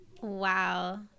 Wow